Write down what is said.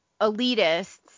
elitists